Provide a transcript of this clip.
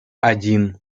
один